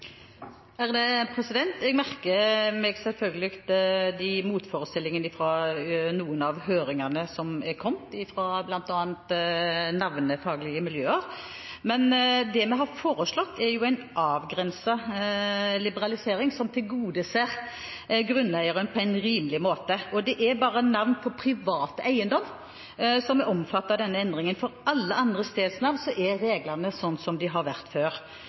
i Norge? Jeg merker meg selvfølgelig de motforestillingene som er kommet fra noen av høringene, bl.a. fra navnefaglige miljøer. Men det vi har foreslått, er jo en avgrenset liberalisering som tilgodeser grunneieren på en rimelig måte, og det er bare navn på privat eiendom som er omfattet av denne endringen. For alle andre stedsnavn er reglene sånn som de har vært før.